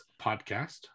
podcast